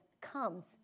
comes